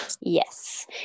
Yes